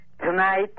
tonight